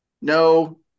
no